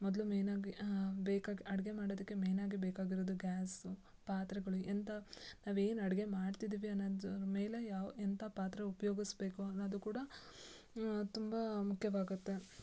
ಮೊದಲು ಮೇನಾಗಿ ಬೇಕಾಗಿ ಅಡುಗೆ ಮಾಡೋದಕ್ಕೆ ಮೇನಾಗಿ ಬೇಕಾಗಿರೋದು ಗ್ಯಾಸು ಪಾತ್ರೆಗಳು ಎಂಥ ನಾವೇನು ಅಡುಗೆ ಮಾಡ್ತಿದ್ದೀವಿ ಅನ್ನೋದ್ರ್ಮೇಲೆ ಯಾವ ಎಂಥ ಪಾತ್ರೆ ಉಪಯೋಗಿಸಬೇಕು ಅನ್ನೋದು ಕೂಡ ತುಂಬ ಮುಖ್ಯವಾಗುತ್ತೆ